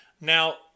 Now